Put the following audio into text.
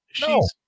No